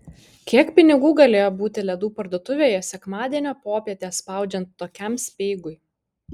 kiek pinigų galėjo būti ledų parduotuvėje sekmadienio popietę spaudžiant tokiam speigui